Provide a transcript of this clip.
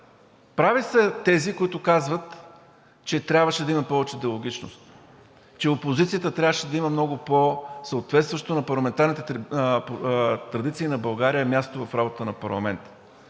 прави са тези, които казват, че трябваше да има повече диалогичност, че опозицията трябваше да има много по съответстващо на парламентарните традиции на България място в работата на парламента,